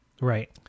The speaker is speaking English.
right